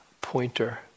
pointer